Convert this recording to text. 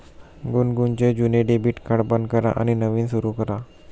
गुनगुनचे जुने debit card बंद करा आणि नवीन सुरू करा